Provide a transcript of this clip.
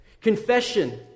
Confession